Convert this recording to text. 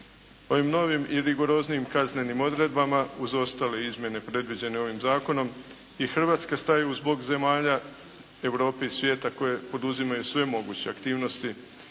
Ovim novim i rigoroznijim kaznenim odredbama uz ostale izmjene predviđene ovim zakonom i Hrvatska staje uz bok zemalja Europe i svijeta koje poduzimaju sve moguće aktivnosti